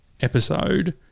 episode